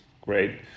great